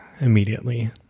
immediately